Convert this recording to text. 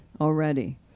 already